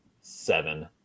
seven